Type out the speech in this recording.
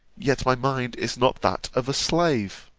yet my mind is not that of a slave.